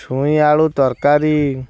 ଛୁଇଁ ଆଳୁ ତରକାରୀ